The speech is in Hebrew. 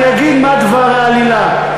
אני אגיד מה דבר העלילה.